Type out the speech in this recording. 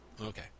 Okay